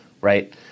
right